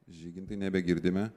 žygintai nebegirdime